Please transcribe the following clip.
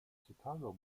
chicago